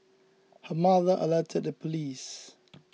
her mother alerted the police